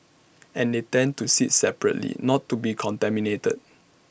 and they tend to sit separately not to be contaminated